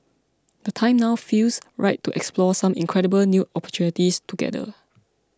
the time now feels right to explore some incredible new opportunities together